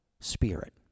spirit